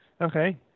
Okay